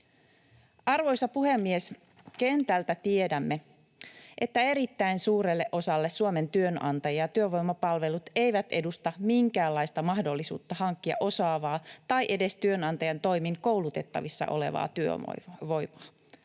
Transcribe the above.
Arvoisa puhemies! Kentältä tiedämme, että erittäin suurelle osalle Suomen työnantajista työvoimapalvelut eivät edusta minkäänlaista mahdollisuutta hankkia osaavaa tai edes työnantajan toimin koulutettavissa olevaa työvoimaa.